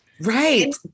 Right